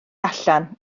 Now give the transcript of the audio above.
allan